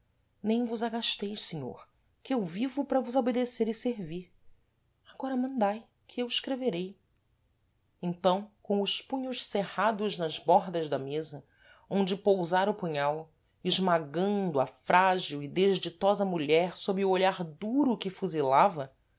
nem vos agasteis senhor que eu vivo para vos obedecer e servir agora mandai que eu escreverei então com os punhos cerrados nas bordas da mesa onde pousara o punhal esmagando a frágil e desditosa mulher sob o olhar duro que fuzilava